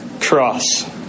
cross